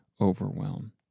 overwhelm